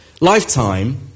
lifetime